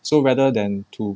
so rather than to